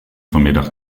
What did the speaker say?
vanmiddag